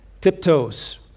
tiptoes